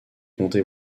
comtés